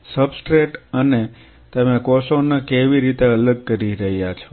substrate અને તમે કોષોને કેવી રીતે અલગ કરી રહ્યા છો